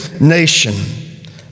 nation